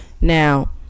now